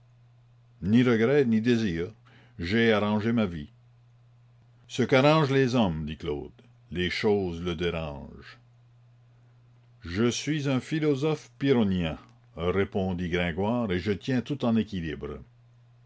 ni regret ni désir j'ai arrangé ma vie ce qu'arrangent les hommes dit claude les choses le dérangent je suis un philosophe pyrrhonien répondit gringoire et je tiens tout en équilibre